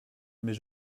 mais